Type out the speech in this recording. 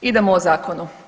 Idemo o zakonu.